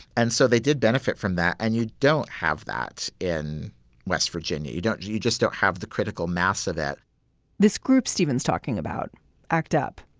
and so they did benefit from that. and you don't have that in west virginia. you don't you you just don't have the critical mass of that this group, stevens talking about act up.